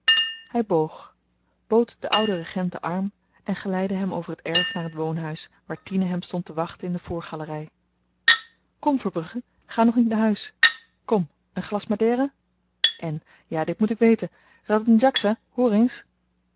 boog bood den ouden regent den arm en geleidde hem over het erf naar t woonhuis waar tine hem stond te wachten in de voorgalery kom verbrugge ga nog niet naar huis kom een glas madera en ja dit moet ik weten radhen djaksa hoor eens